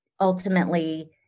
ultimately